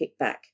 kickback